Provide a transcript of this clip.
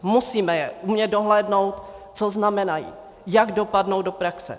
Musíme umět dohlédnout, co znamenají, jak dopadnou do praxe.